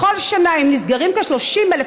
בכל שנה אם נסגרים כ-30,000,